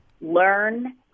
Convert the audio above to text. Learn